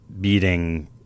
beating –